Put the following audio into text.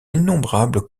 innombrables